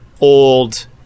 old